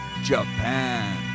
Japan